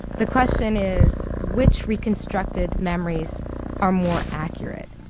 the question is, which reconstructed memories are more accurate?